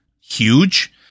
huge